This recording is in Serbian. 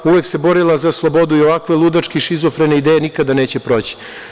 Uvek se borila za slobodu i ovakve ludačke i šizofrene ideje nikada neće proći.